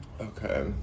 okay